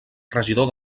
regidor